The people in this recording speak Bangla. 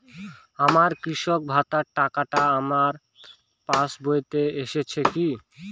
আমার কৃষক ভাতার টাকাটা আমার পাসবইতে এসেছে কি?